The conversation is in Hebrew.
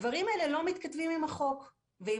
הדברים האלה לא מתכתבים עם החוק והצו.